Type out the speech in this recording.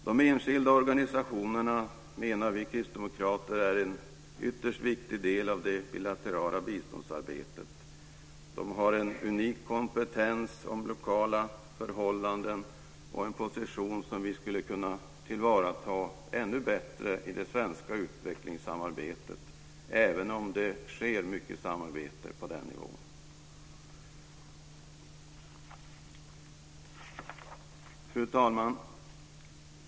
Vi kristdemokrater menar att de enskilda organisationerna är en ytterst viktig del av det bilaterala biståndsarbetet. De har en unik kompetens om lokala förhållanden och en position som vi skulle kunna tillvarata ännu bättre i det svenska utvecklingssamarbetet, även om det sker mycket samarbete på den nivån. Fru talman!